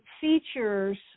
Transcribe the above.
features